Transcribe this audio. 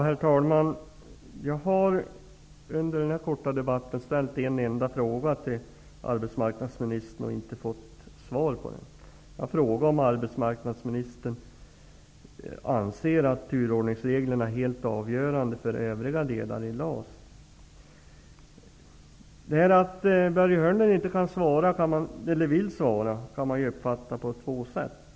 Herr talman! Jag har under den här korta debatten ställt en enda fråga till arbetsmarknadsministern, och jag har inte fått något svar på den. Jag frågade om arbetsmarknadsministern anser att turordningsreglerna är helt avgörande för övriga delar i LAS. Att Börje Hörnlund inte kan -- eller vill -- svara kan man uppfatta på två sätt.